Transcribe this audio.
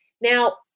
Now